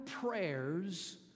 prayers